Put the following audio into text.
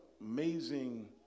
amazing